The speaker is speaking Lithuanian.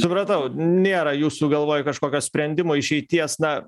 supratau nėra jūsų galvoj kažkokio sprendimo išeities na